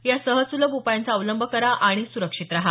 या सहज सुलभ उपायांचा अवलंब करा आणि सुरक्षित रहा